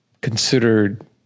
considered